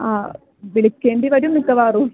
ആ വിളിക്കേണ്ടി വരും മിക്കവാറും